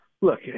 look